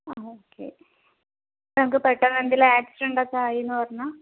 ആ ഓക്കെ ഇപ്പം നമുക്ക് പെട്ടന്ന് എന്തേലും ആക്സിഡൻറ്റൊക്കെ ആയീന്ന് പറഞ്ഞാൽ